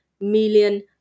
million